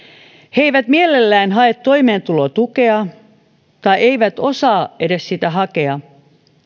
he eivät mielellään hae toimeentulotukea tai eivät osaa edes sitä hakea